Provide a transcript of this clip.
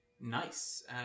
Nice